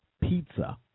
pizza